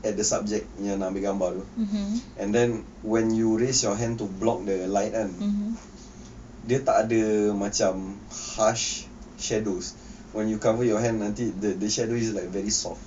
at the subject punya nak ambil gambar tu and then when you raise your hand to block the light kan dia tak ada macam harsh shadows when you cover your hand nanti the the shadow is like very soft